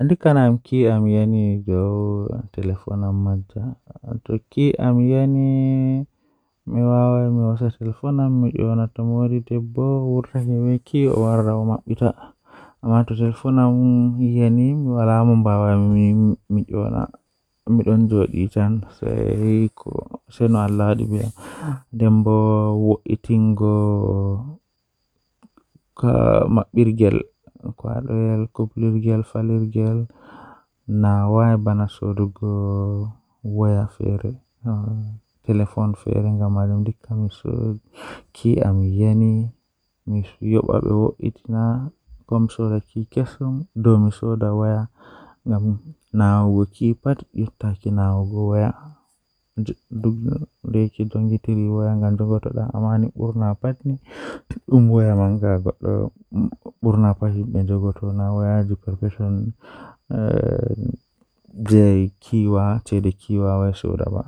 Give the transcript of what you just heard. Jokkondir leydi garden ngal e sabu waɗtude ndiyam e hokkondir ko joom nde waawataa sabu ñaawoore. Njidi gasi, giɓɓe e maaɗaare ngal. Foti waawaa waɗude seed walla nde njidi leydi ngam eɗen. Waawataa haɓɓude baafal e sabu njiddude e ndiyam kadi waɗtude forere ndee nguurndam ngal